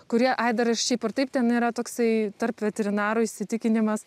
kurie ai dar ar šiaip ar taip ten yra toksai tarp veterinarų įsitikinimas